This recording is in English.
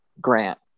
Grant